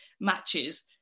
matches